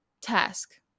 task